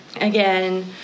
again